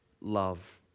love